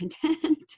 content